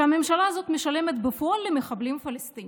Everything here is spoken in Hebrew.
שהממשלה הזאת משלמת בפועל למחבלים פלסטינים.